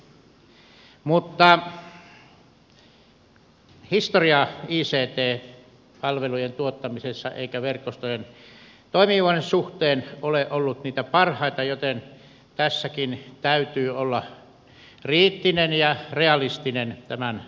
mutta historia ei ole ollut niitä parhaita ict palvelujen tuottamisessa eikä verkostojen toimivuuden suhteen joten tässäkin täytyy olla kriittinen ja realistinen tämän toiminnan suhteen